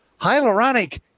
Hyaluronic